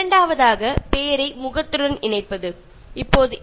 രണ്ടാമത്തെ രീതി എന്ന് പറയുന്നത് പേര് മുഖത്ത് ചേർത്തു വക്കുന്നതാണ്